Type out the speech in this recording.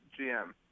GM